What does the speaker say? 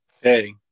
Hey